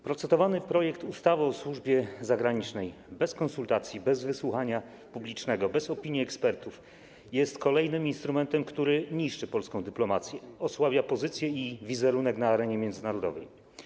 Procedowany projekt ustawy o służbie zagranicznej, bez konsultacji, bez wysłuchania publicznego, bez opinii ekspertów, jest kolejnym instrumentem, który niszczy polską dyplomację, osłabia pozycję i wizerunek na arenie międzynarodowej.